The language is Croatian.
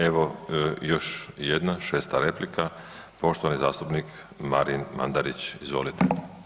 Evo još jedna, 6. replika, poštovani zastupnik Marin Mandarić, izvolite.